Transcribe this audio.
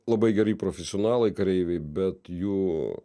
labai geri profesionalai kareiviai bet jų